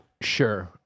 sure